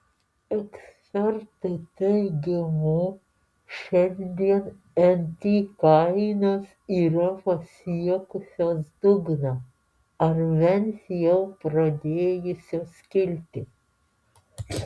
ekspertų teigimu šiandien nt kainos yra pasiekusios dugną ar bent jau pradėjusios kilti